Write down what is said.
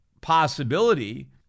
possibility